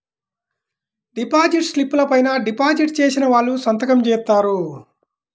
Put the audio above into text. deposit స్లిపుల పైన deposit చేసిన వాళ్ళు సంతకం జేత్తారు